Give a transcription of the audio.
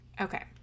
okay